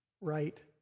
right